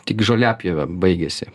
tik žoliapjove baigiasi